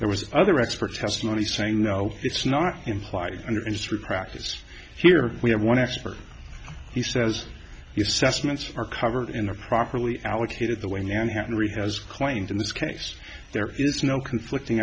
there was other expert testimony saying no it's not implied under industry practice here we have one expert he says you sustenance are covered in a properly allocated the way manhattan really has claimed in this case there is no conflicting